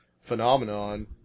phenomenon